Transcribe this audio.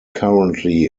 currently